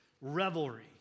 revelry